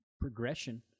progression